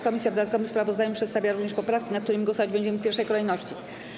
Komisja w dodatkowym sprawozdaniu przedstawia również poprawki, nad którymi głosować będziemy w pierwszej kolejności.